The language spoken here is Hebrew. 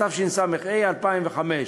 התשס"ה 2005,